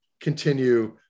continue